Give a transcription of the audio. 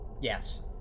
Yes